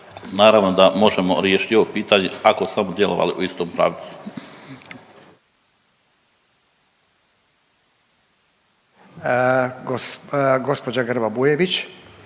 naravno da možemo riješiti i ovo pitanje ako smo djelovali u istom pravcu.